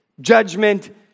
judgment